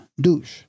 douche